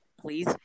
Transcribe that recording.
please